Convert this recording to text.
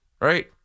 right